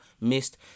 missed